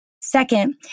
Second